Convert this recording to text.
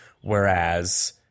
Whereas